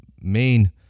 main